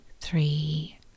three